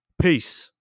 Peace